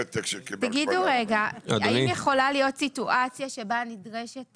האם יכולה להיות סיטואציה בה נדרשת